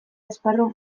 esparru